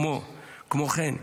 כמו כן,